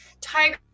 tiger